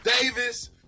Davis